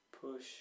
push